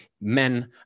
men